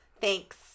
Thanks